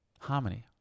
harmony